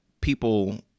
people